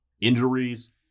Injuries